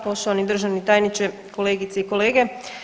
Poštovani državni tajniče, kolegice i kolege.